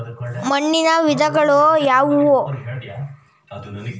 ಮಣ್ಣಿನ ವಿಧಗಳು ಯಾವುವು?